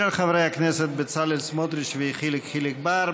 של חברי הכנסת בצלאל סמוטריץ ויחיאל חיליק בר.